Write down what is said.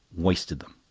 wasted them,